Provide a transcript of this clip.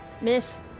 Miss